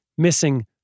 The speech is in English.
Missing